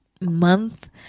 month